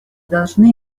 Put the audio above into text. должны